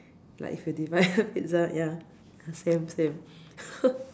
like if you divide a Pizza ya same same